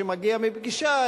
שמגיע מפגישה.